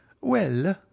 Well